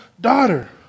daughter